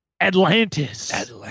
Atlantis